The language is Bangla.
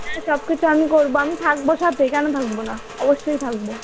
হ্যাঁ সবকিছু আমি করবো আমি থাকবো সাথে কেন থাকবো না অবশ্যই থাকবো